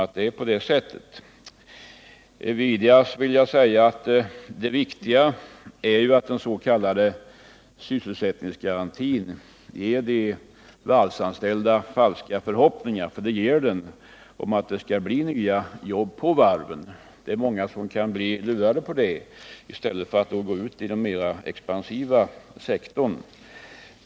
Vidare vill jag säga att den viktigaste invändning som jag vill göra mot förslaget är att den s.k. sysselsättningsgarantin ger de varvsanställda falska förhoppningar — det gör den nämligen — om att det skall bli nya jobb på varven. Många kan därigenom bli lurade att stanna kvar i stället för att gå ut i den mer expansiva sektorn.